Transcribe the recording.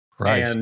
Right